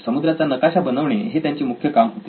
समुद्राचा नकाशा बनवणे हे त्यांचे मुख्य काम होते